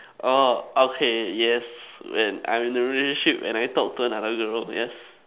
orh okay yes when I'm in a relationship and I talk to another girl yes